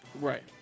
Right